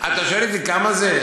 כמה נדחו?